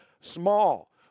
small